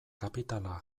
kapitala